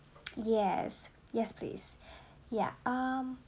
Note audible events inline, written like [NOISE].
yes yes please [BREATH] yeah um